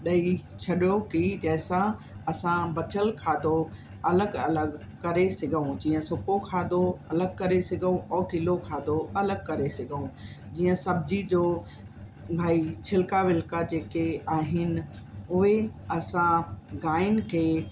ॾेई छॾियो कि जंहिं सां असां बचियल खाधो अलॻि अलॻि करे सघूं जीअं सुको खाधो अलॻि करे सघूं और किलो खाधो अलॻि करे सघूं जीअं सब्ज़ी जो भई छिल्का विल्का जेके आहिनि उहे असां गांइनि खे